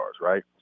right